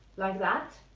like that,